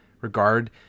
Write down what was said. regard